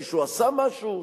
מישהו עשה משהו?